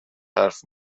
حرف